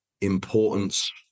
importance